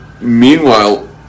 meanwhile